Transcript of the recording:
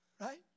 Right